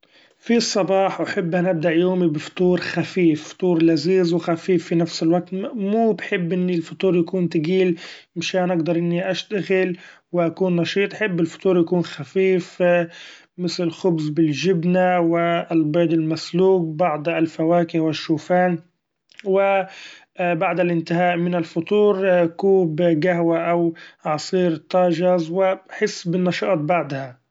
في الصباح أحب أن أبدأ يومي بفطور خفيف بفطور لذيذ و خفيف في نفس الوقت ، مو بحب إن الفطور يكون تقيل مشان اقدر إني أشتغل و أكون نشيط ، بحب الفطور يكون خفيف مثل خبز بالجبنه والبيض المسلوق ، بعض الفواكه و الشوفان ، و بعد الإنتهاء من الفطور كوب قهوة أو عصير طازج و بحس بالنشاط بعدها.